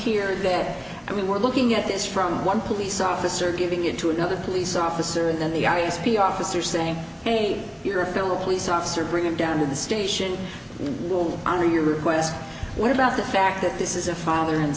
here that i mean we're looking at this from one police officer giving it to another police officer and then the r e s p officer saying hey you know if there were a police officer bring him down to the station will honor your request what about the fact that this is a father and